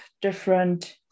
different